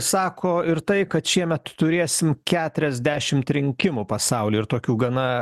sako ir tai kad šiemet turėsim keturiasdešimt rinkimų pasauly ir tokių gana